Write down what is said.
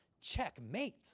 checkmate